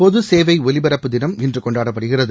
பொதுசேவை ஒலிபரப்பு தினம் இன்று கொண்டாடப்படுகிறது